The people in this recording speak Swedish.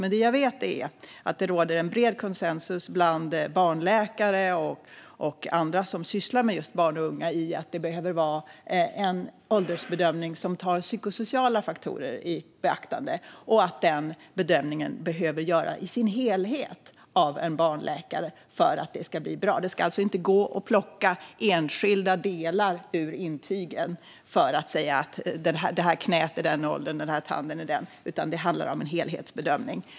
Men det jag vet är att det råder bred konsensus bland barnläkare och andra som sysslar med barn och unga om att det behöver vara en åldersbedömning som tar psykosociala faktorer i beaktande. Och för att bedömningen ska bli bra behöver den göras i sin helhet av en barnläkare. Det ska alltså inte gå att plocka enskilda delar ur intygen för att säga att det här knäet är den åldern och den här tanden är den åldern. Det handlar om en helhetsbedömning.